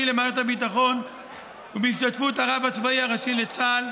למערכת הביטחון ובהשתתפות הרב הצבאי הראשי לצה"ל,